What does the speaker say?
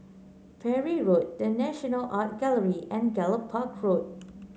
Parry Road The National Art Gallery and Gallop Park Road